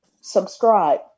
subscribe